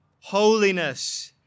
holiness